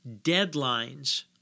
Deadlines